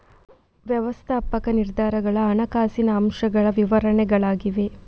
ವ್ಯವಸ್ಥಾಪಕ ನಿರ್ಧಾರಗಳ ಹಣಕಾಸಿನ ಅಂಶಗಳ ವಿವರಗಳಾಗಿವೆ